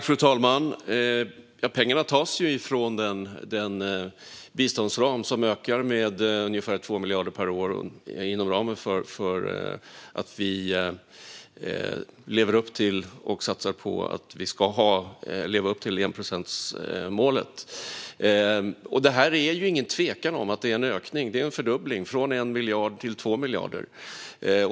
Fru talman! Pengarna tas från den biståndsram som ökar med ungefär 2 miljarder per år inom ramen för att vi satsar på att leva upp till enprocentsmålet. Det är ingen tvekan om att det här är en ökning. Det är en fördubbling från 1 miljard till 2 miljarder.